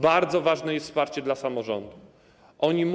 Bardzo ważne jest wsparcie dla samorządów.